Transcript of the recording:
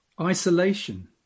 isolation